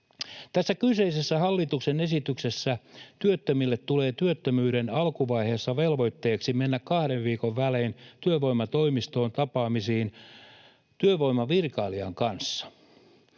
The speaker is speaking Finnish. Tässä kyseisessä hallituksen esityksessä työttömille tulee työttömyyden alkuvaiheessa velvoitteeksi mennä kahden viikon välein työvoimatoimistoon tapaamisiin työvoimavirkailijan kanssa.